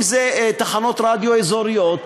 אם תחנות רדיו אזוריות.